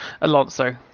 Alonso